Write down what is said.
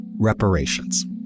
Reparations